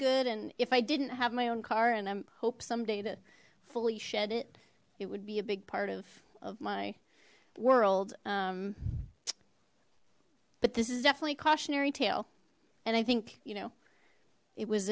good and if i didn't have my own car and i'm hope someday to fully shed it it would be a big part of my world but this is definitely a cautionary tale and i think you know it was